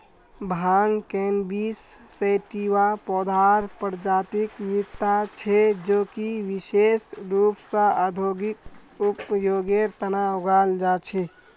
भांग cannabis sativa पौधार प्रजातिक विविधता छे जो कि विशेष रूप स औद्योगिक उपयोगेर तना उगाल जा छे